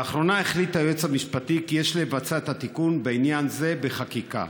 לאחרונה החליט היועץ המשפטי כי יש לבצע את התיקון בעניין זה בחקיקה.